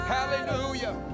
Hallelujah